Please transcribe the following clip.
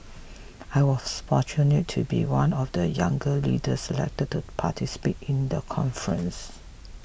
I was fortunate to be one of the young leaders selected to participate in the conference